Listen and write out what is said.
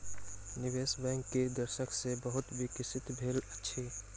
निवेश बैंक किछ दशक सॅ बहुत विकसित भेल अछि